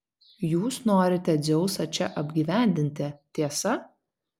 jūs norite dzeusą čia apgyvendinti tiesa